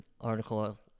article